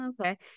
okay